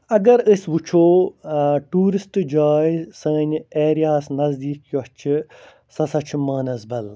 اگر أسۍ وٕچھو ٹوٗرسٹ جاے سانہِ اٮ۪رِیاہس نزدیٖک یۄس چھِ سۄ ہَسا چھِ مانسبل